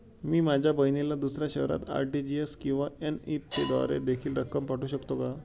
मी माझ्या बहिणीला दुसऱ्या शहरात आर.टी.जी.एस किंवा एन.इ.एफ.टी द्वारे देखील रक्कम पाठवू शकतो का?